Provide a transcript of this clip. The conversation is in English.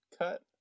cut